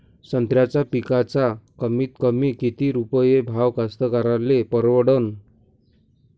संत्र्याचा पिकाचा कमीतकमी किती रुपये भाव कास्तकाराइले परवडन?